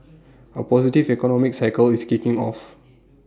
A positive economic cycle is kicking off